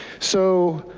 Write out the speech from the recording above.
so